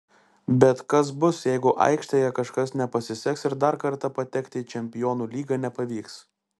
bet kas bus jeigu aikštėje kažkas nepasiseks ir dar kartą patekti į čempionų lygą nepavyks